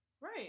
Right